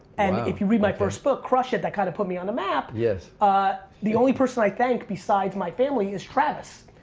and if you read my first book, crush it that kind of put me on a map. ah the only person i thank, besides my family is travis.